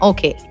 Okay